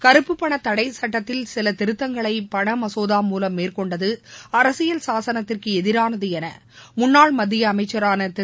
கறுப்புப்பண தடை சட்டத்தில் சில திருத்தங்களை பணமசோதா மூலம் மேற்கொண்டது அரசியல் சாசனத்திற்கு எதிரானது என முன்னாள் மத்திய அமைச்சரான திரு